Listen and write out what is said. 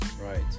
Right